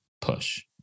push